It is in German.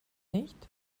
nicht